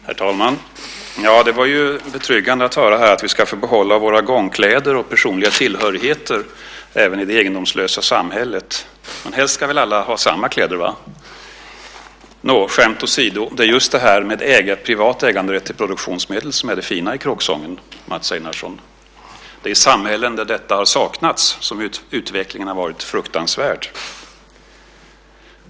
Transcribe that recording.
Herr talman! Det var betryggande att höra att vi ska få behålla våra gångkläder och personliga tillhörigheter även i det egendomslösa samhället. Men helst ska väl alla ha samma kläder? Nå, skämt åsido: Det är just det här med privat äganderätt till produktionsmedel som är det fina i kråksången, Mats Einarsson. Det är i samhällen där detta har saknats som utvecklingen har varit fruktansvärd.